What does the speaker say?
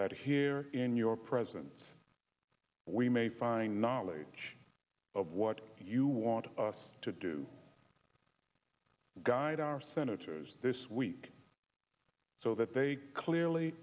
that here in your presence we may find knowledge of what you want us to do guide our senators this week so that they clearly